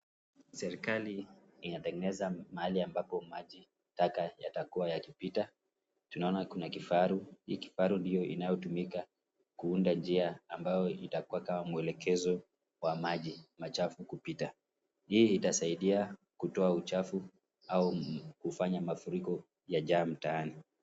Serikali inatengeneza mahali ambapo maji taka yatakuwa yakipita, tunaona kuna kifaru, kifaru ndio itakao kutumika kuunda njia ambayo itakuwa kama mwelekezo wa maji machafu kupita. Yeye itasaidia kutoa uchafu au kufanya mafuriko yajaa mtaani.